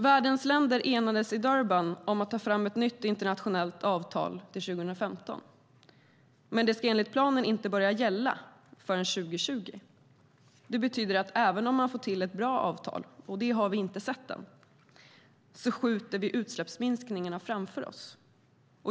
Världens länder enades i Durban om att ta fram ett nytt internationellt avtal till 2015, men det ska enligt planen inte börja gälla förrän 2020. Det betyder att även om man får till ett nytt avtal - och det har vi inte sett än - skjuter vi utsläppsminskningarna framför oss.